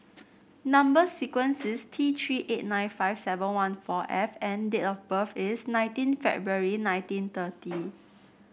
number sequence is T Three eight nine five seven one four F and date of birth is nineteen February nineteen thirty